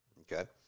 Okay